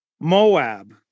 Moab